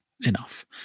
enough